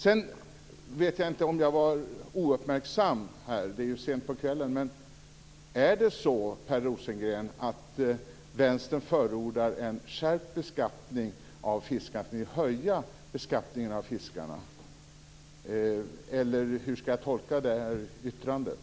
Sedan vet jag inte om jag var ouppmärksam. Det är ju sent på kvällen. Men är det så, Per Rosengren, att Vänstern förordar en skärpt beskattning av fiskarna? Skall ni höja beskattningen av fiskarna? Eller hur skall jag tolka det här yttrandet?